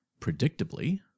predictably